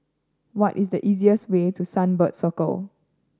what is the easiest way to Sunbird Circle